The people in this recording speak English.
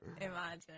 imagine